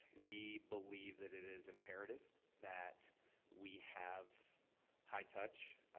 we believe that it is imperative that we have high touch.